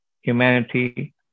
humanity